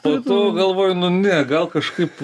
po to galvoju nu ne gal kažkaip